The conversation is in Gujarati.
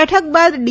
બેઠક બાદ ડી